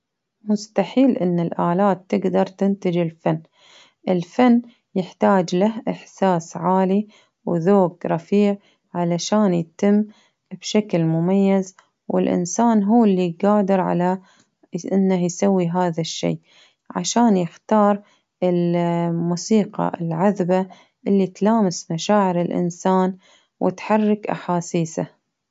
مستحيل إن الآلات تقدر تنتج الفن، الفن يحتاج له إحساس عالي وذوق رفيع علشان يتم بشكل مميز، والإنسان هو اللي قادر على إنه يسوي هذا الشيء، عشان يختارالموسيقى العذبة اللي تلامس مشاعر الإنسان وتحرك أحاسيسه.